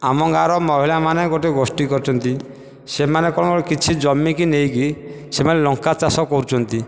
ଆମ ଗାଁର ମହିଳାମାନେ ଗୋଟିଏ ଗୋଷ୍ଠି କରିଛନ୍ତି ସେମାନେ କ'ଣ କିଛି ଜମିକି ନେଇକି ସେମାନେ ଲଙ୍କା ଚାଷ କରୁଛନ୍ତି